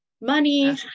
money